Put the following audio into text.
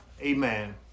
Amen